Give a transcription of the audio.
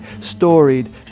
storied